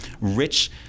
rich